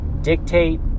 Dictate